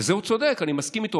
בזה הוא צודק, אני מסכים איתו.